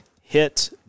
hit